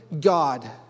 God